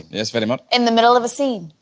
yes very much in the middle of a scene